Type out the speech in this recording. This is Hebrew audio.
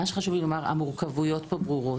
מה שחשוב לי לומר הוא שהמורכבויות פה ברורות.